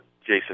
Jason